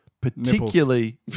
particularly